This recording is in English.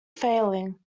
failing